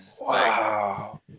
wow